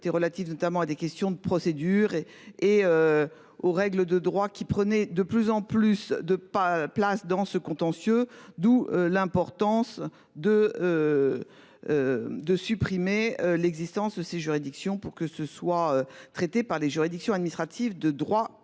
des relatives notamment à des questions de procédure et et. Aux règles de droit qui prenait de plus en plus de pas place dans ce contentieux, d'où l'importance de. De supprimer l'existence de ces juridictions pour que ce soit traité par les juridictions administratives de droit commun.